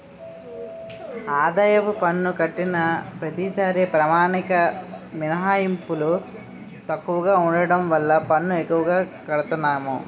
ఆదాయపు పన్ను కట్టిన ప్రతిసారీ ప్రామాణిక మినహాయింపు తక్కువగా ఉండడం వల్ల పన్ను ఎక్కువగా కడతన్నాము